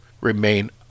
remain